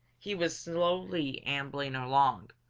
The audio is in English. he was slowly ambling along,